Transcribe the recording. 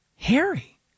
Harry